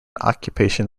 occupation